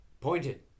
Pointed